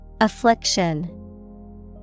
Affliction